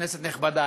כנסת נכבדה,